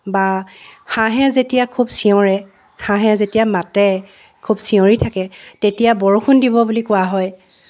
বা হাঁহে যেতিয়া খুব চিঞৰে হাঁহে যেতিয়া মাতে খুব চিঞৰি থাকে তেতিয়া বৰষুণ দিব বুলি কোৱা হয়